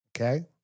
okay